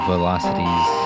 Velocities